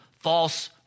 False